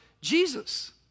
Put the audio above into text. Jesus